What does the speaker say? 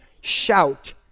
shout